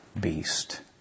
beast